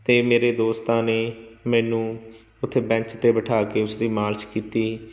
ਅਤੇ ਮੇਰੇ ਦੋਸਤਾਂ ਨੇ ਮੈਨੂੰ ਉੱਥੇ ਬੈਂਚ 'ਤੇ ਬਿਠਾ ਕੇ ਉਸ ਦੀ ਮਾਲਸ਼ ਕੀਤੀ